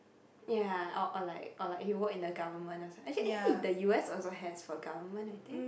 ya or or like or like you work in the government actually eh the u_s also has government I think